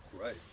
right